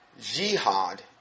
jihad